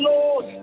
Lord